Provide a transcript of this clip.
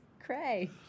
cray